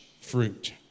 fruit